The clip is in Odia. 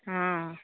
ହଁ